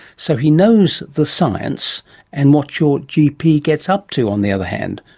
so he knows the science and what your gp gets up to on the other hand.